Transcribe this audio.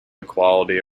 equality